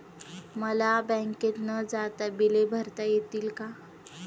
मला बँकेत न जाता बिले भरता येतील का?